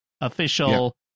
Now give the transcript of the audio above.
official